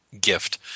gift